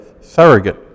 surrogate